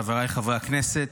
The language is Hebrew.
חבריי חברי הכנסת,